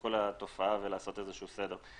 כל התופעה ולעשות סדר.